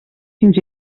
fins